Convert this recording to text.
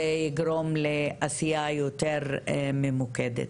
זה יגרום לעשייה יותר ממוקדת.